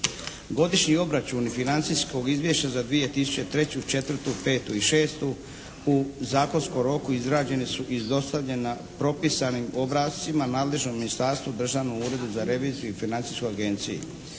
godišnji obračuni financijskog izvješća za 2003., 2004., 2005. i 2006. u zakonskom roku izrađeni su i dostavljena propisanim obrascima nadležnom ministarstvu, Državnom uredu za reviziju i Financijskoj agenciji.